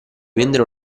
vendere